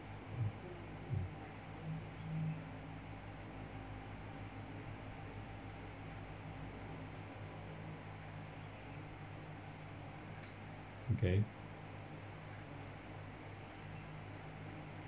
okay